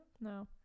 No